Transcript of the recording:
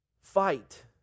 fight